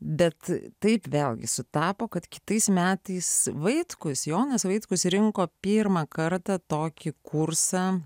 bet taip vėlgi sutapo kad kitais metais vaitkus jonas vaitkus rinko pirmą kartą tokį kursą